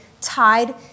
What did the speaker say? tied